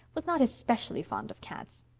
was not especially fond of cats,